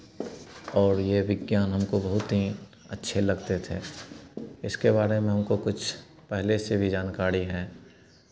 और ये विज्ञान हमको बहुत ही अच्छे लगते थे इसके बारे में हमको कुछ पहले से भी जानकारी है